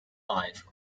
alive